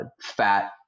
Fat